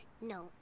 No